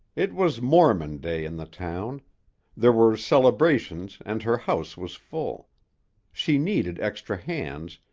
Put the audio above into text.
it was mormon day in the town there were celebrations and her house was full she needed extra hands,